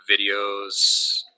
videos